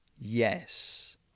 yes